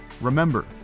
remember